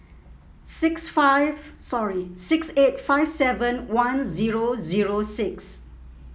six five sorry six eight five seven one zero zero six